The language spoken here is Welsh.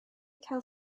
cael